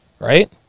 Right